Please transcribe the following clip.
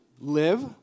Live